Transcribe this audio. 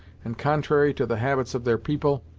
and contrary to the habits of their people,